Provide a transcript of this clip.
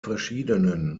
verschiedenen